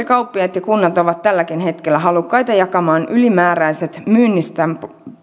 kauppiaat ja kunnat ovat tälläkin hetkellä halukkaita jakamaan ylimääräiset myynnistä